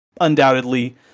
undoubtedly